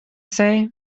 say